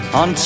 on